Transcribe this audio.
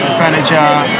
furniture